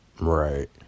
Right